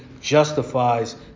justifies